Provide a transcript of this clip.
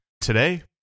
today